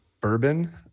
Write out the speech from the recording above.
bourbon